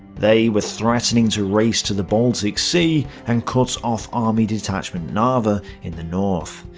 they were threatening to race to the baltic sea and cut off army detachment narva in the north.